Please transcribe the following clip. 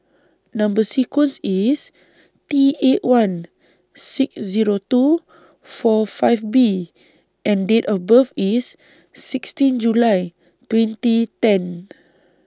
Number sequence IS T eight one six Zero two four five B and Date of birth IS sixteen July twenty ten